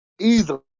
Easily